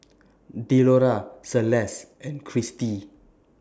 Delora Celeste and Cristi